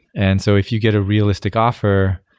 and so if you get a realistic offer,